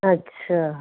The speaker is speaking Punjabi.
ਅੱਛਾ